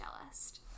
jealous